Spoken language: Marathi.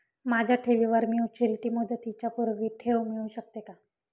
माझ्या ठेवीवर मॅच्युरिटी मुदतीच्या पूर्वी ठेव मिळू शकते का?